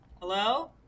hello